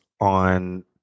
on